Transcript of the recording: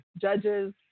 judges